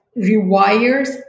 rewires